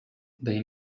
they